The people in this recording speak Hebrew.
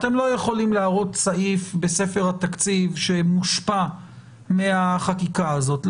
אתם לא יכולים להראות סעיף בספר התקציב שמושפע מהחקיקה הזאת.